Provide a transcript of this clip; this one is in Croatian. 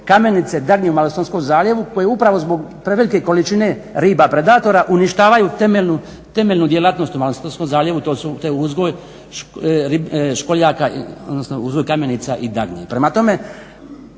kamenice, dagnje u Malostonskom zaljevu koji je upravo zbog prevelike količine riba predatora uništavaju temeljnu djelatnost u Malostonskom zaljevu. To su te uzgoj školjaka, odnosno uzgoj kamenica i dagnji.